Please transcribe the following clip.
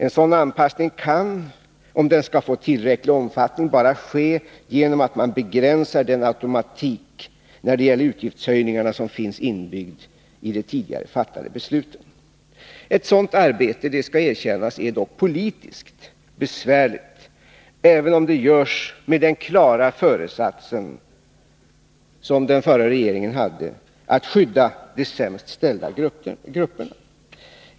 En sådan anpassning kan, om den skall få tillräcklig omfattning, bara ske genom att man begränsar den automatik när det gäller utgiftshöjningarna som finns inbyggd i de tidigare fattade besluten. Ett sådant arbete är dock — det skall erkännas — politiskt besvärligt, även om det görs med den klara föresatsen, som den förra regeringen hade, att skydda de sämst ställda grupperna.